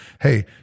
Hey